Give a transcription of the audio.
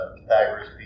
Pythagoras